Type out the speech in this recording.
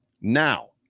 Now